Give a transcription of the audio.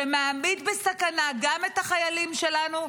שמעמיד בסכנה גם את החיילים שלנו,